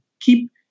keep